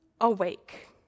Awake